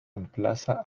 emplaza